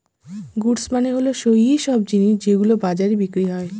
goods মানে হল সৈইসব জিনিস যেগুলো বাজারে বিক্রি হয়